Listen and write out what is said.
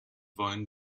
wollen